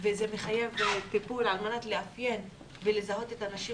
וזה מחייב טיפול על מנת לאפיין ולזהות את האנשים